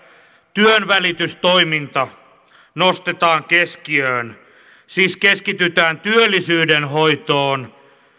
työnvälitystoiminta nostetaan keskiöön siis keskitytään työllisyyden hoitoon